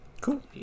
Cool